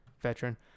veteran